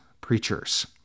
preachers